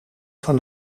van